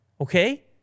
Okay